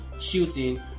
shooting